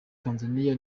tanzania